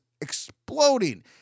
exploding